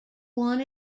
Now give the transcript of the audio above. want